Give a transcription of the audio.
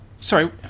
Sorry